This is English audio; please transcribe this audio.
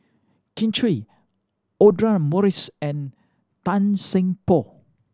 Kin Chui Audra Morrice and Tan Seng Poh